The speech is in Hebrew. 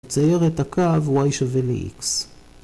‫וצייר את הקו y שווה ל-x.